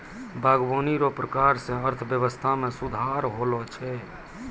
बागवानी रो प्रकार से अर्थव्यबस्था मे सुधार होलो छै